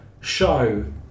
show